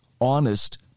honest